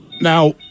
Now